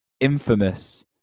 infamous